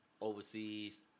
overseas